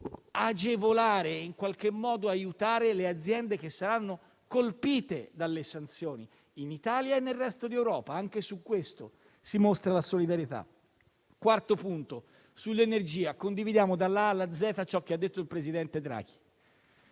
agevolare e in qualche modo aiutare le aziende che saranno colpite dalle sanzioni in Italia e nel resto d'Europa; anche su questo si dimostra la solidarietà. Quarto punto: sull'energia condividiamo dalla A alla Z ciò che ha detto il presidente Draghi;